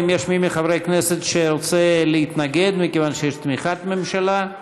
האם יש מי מחברי הכנסת שרוצה להתנגד מכיוון שיש תמיכת ממשלה?